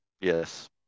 Yes